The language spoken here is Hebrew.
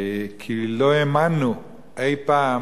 כי לא האמנו אי-פעם